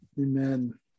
amen